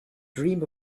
dream